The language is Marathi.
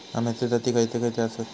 अम्याचे जाती खयचे खयचे आसत?